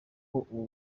ubu